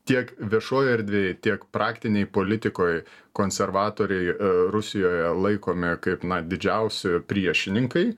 tiek viešojoj erdvėj tiek praktinėj politikoj konservatoriai rusijoje laikomi kaip na didžiausi priešininkai